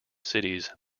cities